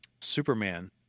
Superman